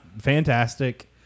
fantastic